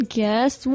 guess